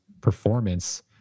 performance